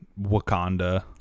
Wakanda